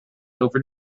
over